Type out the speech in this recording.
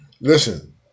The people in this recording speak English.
Listen